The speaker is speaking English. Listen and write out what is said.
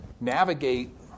navigate